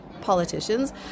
politicians